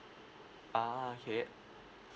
ah okay